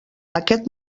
aquest